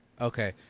Okay